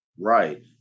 Right